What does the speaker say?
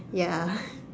ya